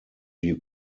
die